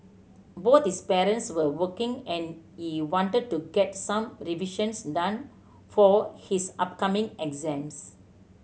both his parents were working and he wanted to get some revision done for his upcoming exams